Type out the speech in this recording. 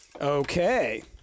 okay